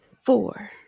Four